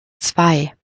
zwei